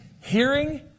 Hearing